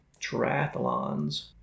triathlons